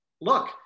look